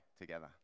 together